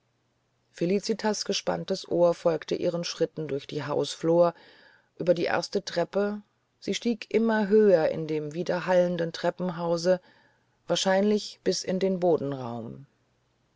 felicitas gespanntes ohr folgte ihren schritten durch die hausflur über die erste treppe sie stieg immer höher in dem widerhallenden treppenhause wahrscheinlich bis in den